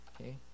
okay